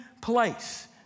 place